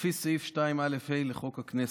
לפי סעיף 2א(ה) לחוק הכנסת,